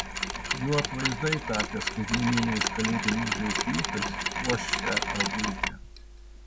jų atvaizdai tapę skaitmeniniais kalėdiniais žaisliukais puoš šią eglutę